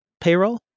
payroll